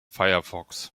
firefox